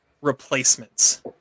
replacements